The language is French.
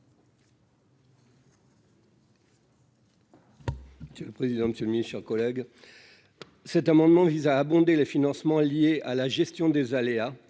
monsieur l'abbé. Le président monsieur mise sur collègue cet amendement vise à abonder les financements liés à la gestion des aléas